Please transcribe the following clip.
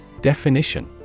Definition